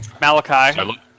Malachi